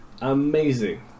amazing